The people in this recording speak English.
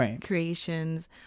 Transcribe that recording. creations